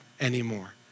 anymore